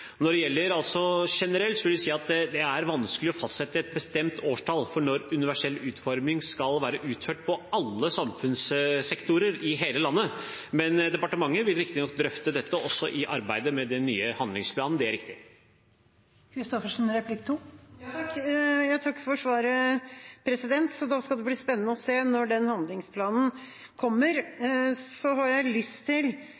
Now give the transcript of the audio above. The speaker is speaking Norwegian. Når det gjelder generelt, vil jeg si at det er vanskelig å fastsette et bestemt årstall for når universell utforming skal være utført i alle samfunnssektorer i hele landet. Men departementet vil riktignok drøfte dette også i arbeidet med den nye handlingsplanen – det er riktig. Jeg takker for svaret. Da skal det bli spennende å se når den handlingsplanen kommer. Jeg har lyst til